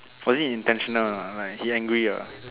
was it intentional like he angry ah